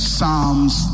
Psalms